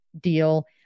deal